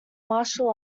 martial